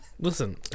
listen